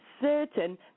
certain